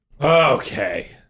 Okay